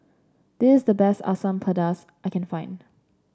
this is the best Asam Pedas I can't find